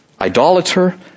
idolater